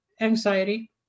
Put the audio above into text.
anxiety